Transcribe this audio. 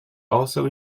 also